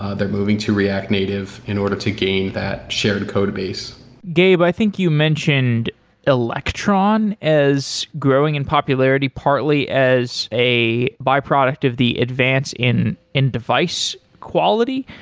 ah they're moving to react native in order to gain that shared codebase gabe, i think you mentioned electron is growing in popularity partly as a byproduct of the advance in in device quality.